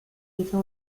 hizo